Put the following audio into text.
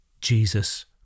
Jesus